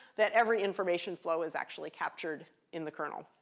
that every information flow is actually captured in the kernel.